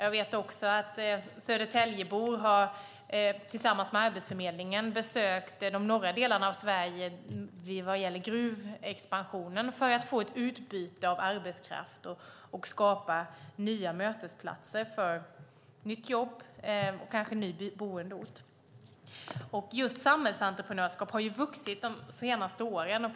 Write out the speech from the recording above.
Jag vet också att södertäljebor har besökt de norra delarna av Sverige tillsammans med Arbetsförmedlingen för att få ett utbyte av arbetskraft när det gäller gruvexpansionen och skapa nya mötesplatser för nytt jobb och kanske ny boendeort. Just samhällsentreprenörskap har vuxit de senaste åren.